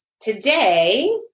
today